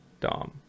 dom